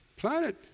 Planet